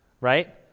right